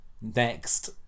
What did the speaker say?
next